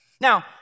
Now